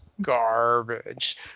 garbage